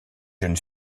jeunes